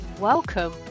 welcome